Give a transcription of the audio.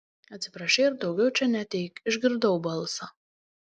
atsiprašei ir daugiau čia neateik išgirdau balsą